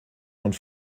und